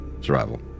Survival